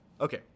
okay